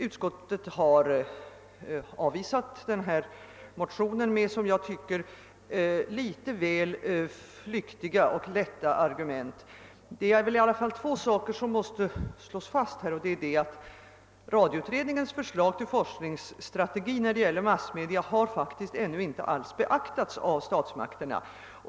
Utskottet har avstyrkt motionerna med som jag tycker litet väl flyktiga och lätta argument. I varje fall är det två saker som här måste slås fast. Den första är att radioutredningens förslag till forskningsstrategi, när det gäller massmedia, faktiskt ännu inte alls har beaktats av statsmakterna.